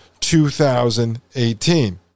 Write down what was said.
2018